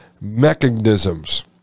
mechanisms